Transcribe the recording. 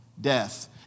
death